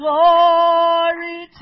Glory